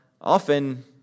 often